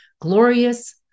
glorious